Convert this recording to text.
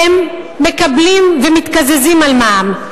הם מקבלים ומתקזזים על מע"מ.